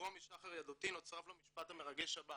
בזיכרון משחר ילדותי נצרב לי המשפט המרגש הבא